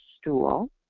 stool